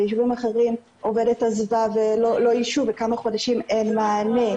ביישובים אחרים עובדת עזבה ולא איישו וכמה חודשים אין מענה.